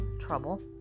trouble